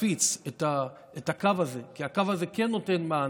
להפיץ את הקו הזה, כי הקו הזה כן נותן מענה.